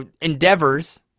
endeavors